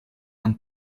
aan